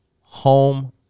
home